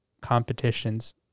competitions